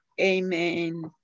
Amen